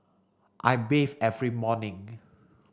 I bathe every morning